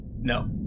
No